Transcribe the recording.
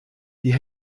die